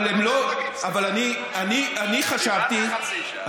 אבל אני חשבתי, כבר דיברת חצי שעה.